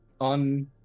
on